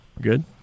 Good